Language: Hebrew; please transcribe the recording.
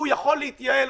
הוא יכול להתייעל.